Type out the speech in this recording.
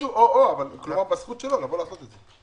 תעשו או-או, אבל הזכות שלו לעשות את זה.